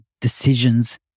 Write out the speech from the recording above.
decisions